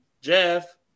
Jeff